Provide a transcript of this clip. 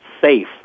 safe